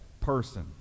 person